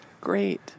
Great